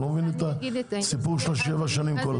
אני לא מבין את הסיפור של השבע שנים כל הזמן.